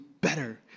better